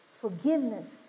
forgiveness